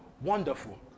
Wonderful